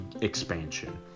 expansion